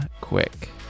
Quick